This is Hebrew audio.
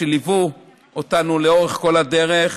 שליוו אותנו לאורך כל הדרך,